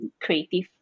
creative